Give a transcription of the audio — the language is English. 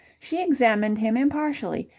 she examined him impartially,